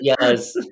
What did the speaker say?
Yes